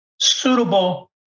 suitable